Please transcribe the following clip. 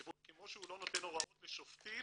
כמו שהוא לא נותן הוראות לשופטים.